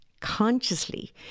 consciously